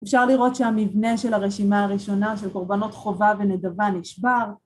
אפשר לראות שהמבנה של הרשימה הראשונה של קורבנות חובה ונדבה נשבר.